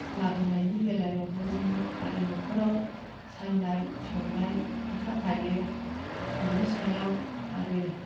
लाबोनायनि बेलायावबो जों आरो न'खराव सायनाय संनाय खोथा थायो बिनि सायाव आरो